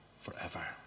forever